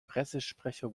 pressesprecher